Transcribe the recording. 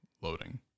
Loading